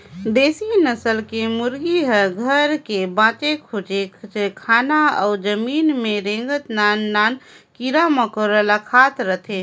देसी नसल के मुरगी ह घर के बाचे खुचे खाना अउ जमीन में रेंगत नान नान कीरा मकोरा ल खात रहथे